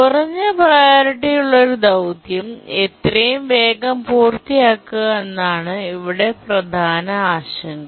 കുറഞ്ഞ പ്രിയോറിറ്റിയുള്ള ഒരു ദൌത്യം എത്രയും വേഗം പൂർത്തിയാക്കുക എന്നതാണ് ഇവിടെ പ്രധാന ആശങ്ക